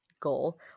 goal